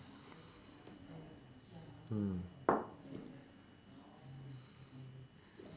mm